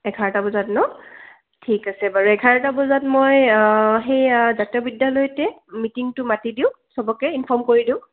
এঘাৰটা বজাত ন ঠিক আছে বাৰু এঘাৰটা বজাত মই সেই জাতীয় বিদ্যালয়তে মিটিংটো মাতি দিওঁ চবকে ইনফৰ্ম কৰি দিওঁ